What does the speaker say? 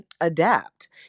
adapt